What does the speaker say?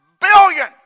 billion